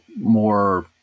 more